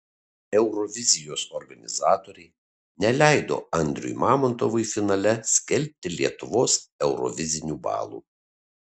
eurovizijos organizatoriai neleido andriui mamontovui finale skelbti lietuvos eurovizinių balų